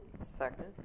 Second